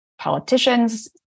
politicians